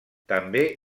també